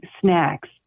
snacks